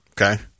okay